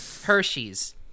Hershey's